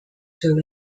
zoo